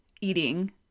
eating